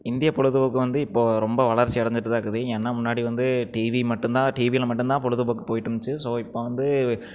இந்திய பொழுதுபோக்கு வந்து இப்போது ரொம்ப வளர்ச்சி அடைஞ்சிட்டு தான் இருக்குது ஏனா முன்னாடி வந்து டிவி மட்டும் தான் டிவியில் மட்டும் தான் பொழுதுபோக்கு போயிட்டு இருந்துச்சு ஸோ இப்போ வந்து